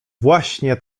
właśnie